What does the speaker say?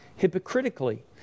hypocritically